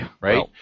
right